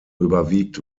überwiegt